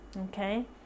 Okay